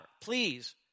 Please